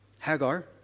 Hagar